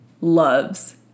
loves